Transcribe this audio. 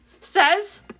Says